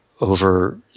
over